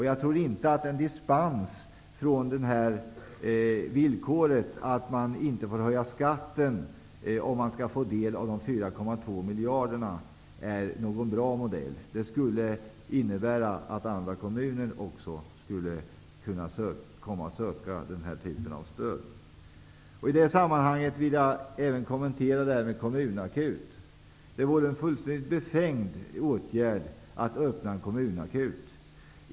Jag tror inte att en dispens från villkoret att man inte får höja skatten för att få del av dessa 4,2 miljarder är någon bra modell. Det skulle innebära att även andra kommuner skulle kunna söka den här typen av stöd. I detta sammanhang vill jag även kommentera detta med kommunakut. Det vore en fullständigt befängd åtgärd att öppna en kommunakut.